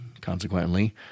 consequently